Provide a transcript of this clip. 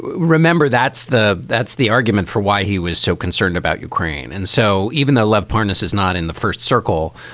remember, that's the that's the argument for why he was so concerned about ukraine. and so even though love parnis is not in the first circle.